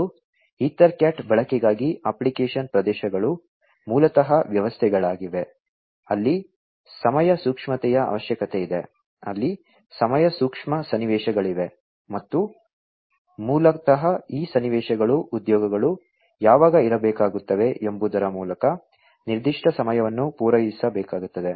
ಮತ್ತು ಈಥರ್ಕ್ಯಾಟ್ ಬಳಕೆಗಾಗಿ ಅಪ್ಲಿಕೇಶನ್ ಪ್ರದೇಶಗಳು ಮೂಲತಃ ವ್ಯವಸ್ಥೆಗಳಾಗಿವೆ ಅಲ್ಲಿ ಸಮಯ ಸೂಕ್ಷ್ಮತೆಯ ಅವಶ್ಯಕತೆಯಿದೆ ಅಲ್ಲಿ ಸಮಯ ಸೂಕ್ಷ್ಮ ಸನ್ನಿವೇಶಗಳಿವೆ ಮತ್ತು ಮೂಲತಃ ಈ ಸನ್ನಿವೇಶಗಳು ಉದ್ಯೋಗಗಳು ಯಾವಾಗ ಇರಬೇಕಾಗುತ್ತವೆ ಎಂಬುದರ ಮೂಲಕ ನಿರ್ದಿಷ್ಟ ಸಮಯವನ್ನು ಪೂರೈಸಬೇಕಾಗುತ್ತದೆ